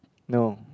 no